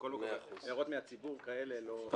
מכל מקום, הערות מהציבור כאלה --- מאה אחוז.